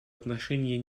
отношении